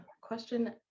question